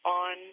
on